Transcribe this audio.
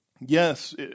Yes